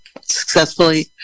successfully